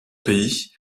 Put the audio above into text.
pays